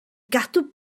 gadw